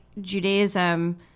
Judaism